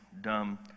dumb